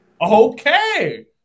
Okay